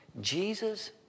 Jesus